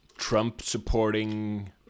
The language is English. Trump-supporting